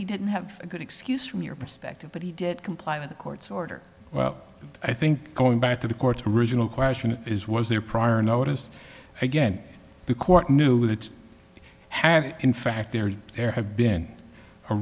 he didn't have a good excuse from your perspective but he did comply with the court's order well i think going back to the court's original question is was there prior notice again the court knew that you have in fact there there had been a